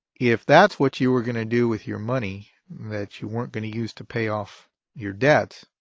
if that's what you were going to do with your money that you weren't going to use to pay off your debts,